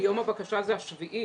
מיום הבקשה זה ה-7.